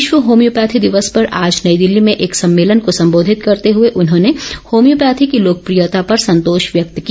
विश्व होम्योपैथी दिवस पर आज नई दिल्ली में एक सम्मेलन को सम्बोधित करते हुए उन्होंने होम्योपैथी की लोकप्रियता पर संतोष व्यक्त किया